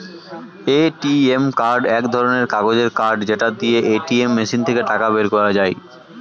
ATM card এক ধরণের কাগজের কার্ড যেটা দিয়ে এটিএম মেশিন থেকে টাকা বের করা যায়